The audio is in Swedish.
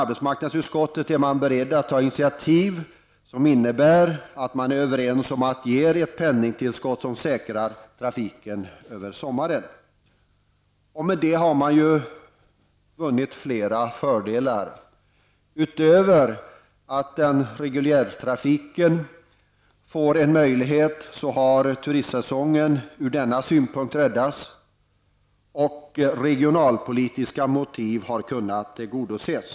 Arbetsmarknadsutskottet är berett att ta initiativ till att det ges ett penningtillskott som säkrar trafiken över sommaren. Härmed har man vunnit flera fördelar. Förutom att man ger den reguljära trafiken en möjlighet har turistsäsongen ur den här synpunkten räddats. Dessutom har regionalpolitiska motiv kunnat tillgodoses.